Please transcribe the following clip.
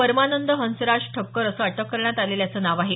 परमानंद हंसराज ठक्कर असं अटक करण्यात आलेल्याचं नाव आहे